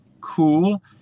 cool